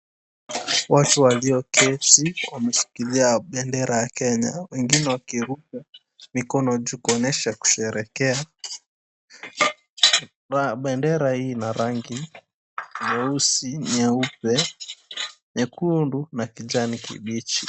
Watu walioketi wameshikilia bendera ya Kenya, wengine wakiruka mikono juu kuonyesha kusherekea, Bendera hii ina rangi nyeusi, nyeupe, nyekundu na kijani kibichi.